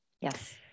Yes